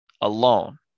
alone